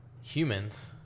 humans